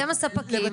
אתם הספקים.